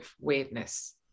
weirdness